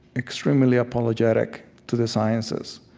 extremely apologetic to the sciences,